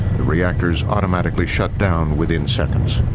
the reactors automatically shut down within seconds.